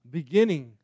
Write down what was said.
beginning